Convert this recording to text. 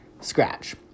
Scratch